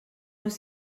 nous